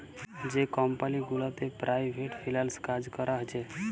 যে কমপালি গুলাতে private freelance কাজ ক্যরা হছে